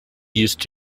used